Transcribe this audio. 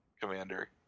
Commander